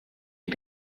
lui